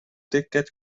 دقت